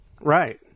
Right